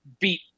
beat